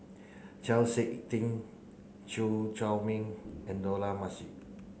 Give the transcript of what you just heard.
Chau Sik Ting Chew Chor Meng and Dollah Majid